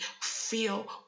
feel